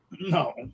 No